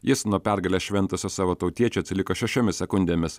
jis nuo pergalę šventusio savo tautiečio atsiliko šešiomis sekundėmis